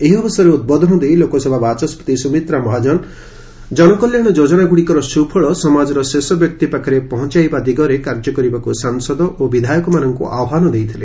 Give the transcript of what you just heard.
ଏହି ଅବସରରେ ଉଦ୍ବୋଧନ ଦେଇ ଲୋକସଭା ବାଚସ୍କତି ସୁମିତ୍ରା ମହାଜନ ଜନକଲ୍ୟାଣ ଯୋଜନାଗୁଡ଼ିକର ସୁଫଳ ସମାଜର ଶେଷ ବ୍ୟକ୍ତି ପାଖରେ ପହଞ୍ଚାଇବା ଦିଗରେ କାର୍ଯ୍ୟ କରିବାକୁ ସାଂସଦ ଓ ବିଧାୟକମାନଙ୍କୁ ଆହ୍ୱାନ ଦେଇଥିଲେ